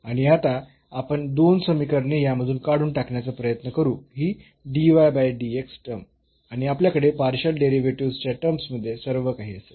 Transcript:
आणि आता आपण दोन समीकरणे यामधून काढून टाकण्याचा प्रयत्न करू ही टर्म आणि आपल्याकडे पार्शियल डेरिव्हेटिव्हस् च्या टर्म्स मध्ये सर्व काही असेल